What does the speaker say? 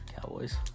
Cowboys